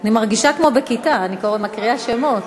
אני מרגישה כמו בכיתה, אני מקריאה שמות.